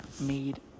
made